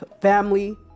family